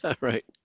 Right